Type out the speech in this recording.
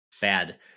Bad